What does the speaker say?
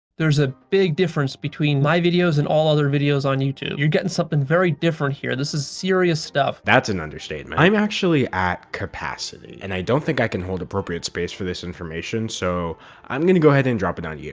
there's a big difference between my videos and all other videos on youtube. you're getting something very different here, this is serious stuff. that's an understatement. i'm actually at capacity and i don't think i can hold appropriate space for this information, so i'm going to go ahead and drop it on you.